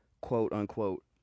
quote-unquote